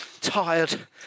tired